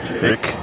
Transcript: thick